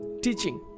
teaching